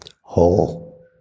whole